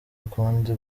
ukundi